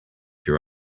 your